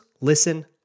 listen